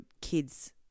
kids